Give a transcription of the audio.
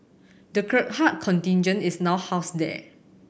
the Gurkha contingent is now housed there